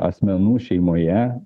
asmenų šeimoje